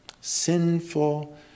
sinful